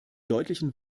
deutlichen